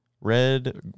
Red